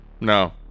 No